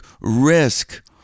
risk